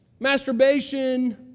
masturbation